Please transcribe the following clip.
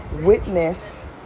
witness